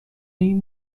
این